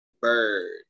bird